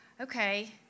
Okay